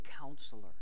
counselor